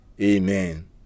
Amen